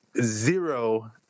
zero